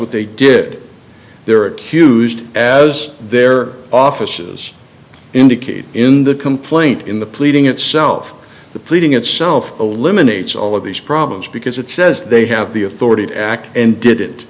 what they did their accused as their offices indicated in the complaint in the pleading itself the pleading itself eliminates all of these problems because it says they have the authority to act and did